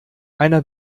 einer